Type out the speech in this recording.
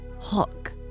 Hook